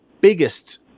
biggest